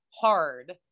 hard